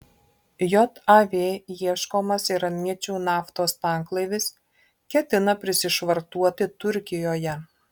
jav ieškomas iraniečių naftos tanklaivis ketina prisišvartuoti turkijoje